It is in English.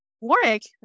Warwick